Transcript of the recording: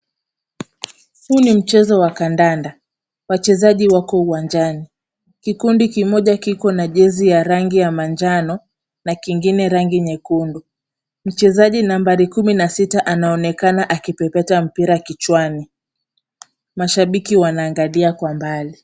Huu ni mchezo wa kandanda, wachezaji wako uwanjani, kikundi kimoja kiko na jezi ya rangi ya manjano na kingine rangi nyekundu, mchezaji nambari kumi na sita anaonekana akipepeta mpira kichwani, mashabiki wanaangalia kwa mbali.